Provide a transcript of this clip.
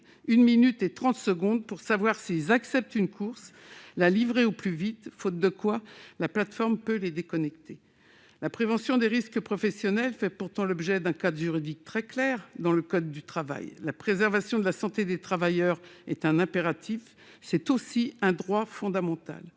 minute trente pour savoir s'ils acceptent une course, qu'ils doivent livrer au plus vite, faute de quoi la plateforme peut les déconnecter. La prévention des risques professionnels fait pourtant l'objet d'un cadre juridique très clair dans le code du travail. La préservation de la santé des travailleurs est un impératif et un droit fondamental.